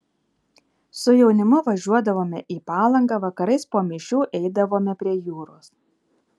su jaunimu važiuodavome į palangą vakarais po mišių eidavome prie jūros